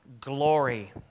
glory